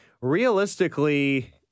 realistically